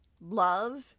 love